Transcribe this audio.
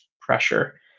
pressure